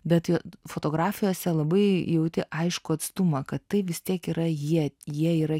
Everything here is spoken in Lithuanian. bet fotografijose labai jauti aiškų atstumą kad tai vis tiek yra jie jie yra